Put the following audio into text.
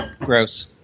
Gross